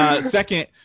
second